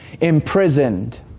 imprisoned